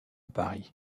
paris